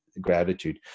gratitude